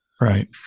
Right